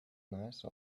nice